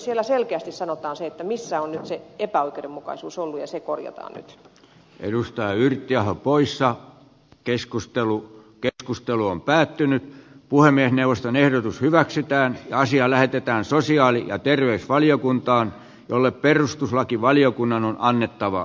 siellä selkeästi sanotaan se missä on nyt se epäoikeudenmukaisuus ollut ja se korjataan nyt edustaa yritti ajaa pois ja keskustelu ketkustelu on päättynyt puhemiesneuvoston ehdotus hyväksytään asia lähetetään sosiaali ja terveysvaliokuntaan jolle perustuslakivaliokunnan on annettava